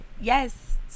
yes